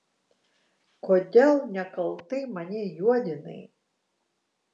kodėl nekaltai mane juodinai